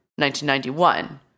1991